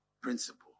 principle